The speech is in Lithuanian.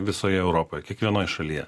visoje europoj kiekvienoj šalyje